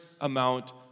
amount